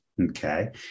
okay